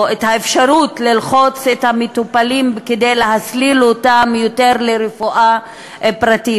או את האפשרות ללחוץ את המטופלים כדי להסליל אותם יותר לרפואה פרטית.